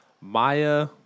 Maya